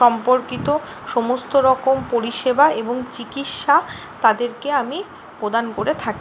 সম্পর্কিত সমস্ত রকম পরিষেবা এবং চিকিৎসা তাদেরকে আমি প্রদান করে থাকি